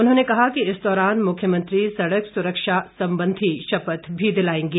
उन्होंने कहा कि इस दौरान मुख्यमंत्री सड़क सुरक्षा संबंधी शपथ भी दिलाएंगे